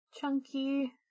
chunky